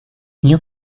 you